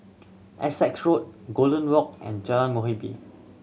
Essex Road Golden Walk and Jalan Muhibbah